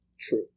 true